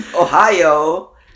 ohio